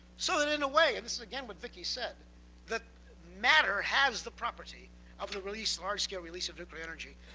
so that in a way and this is again what viki said the matter has the property of the release, the large scale release of nuclear energy.